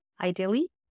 ideally